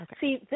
see